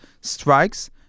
strikes